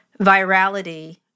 virality